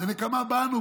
נקמה בנו,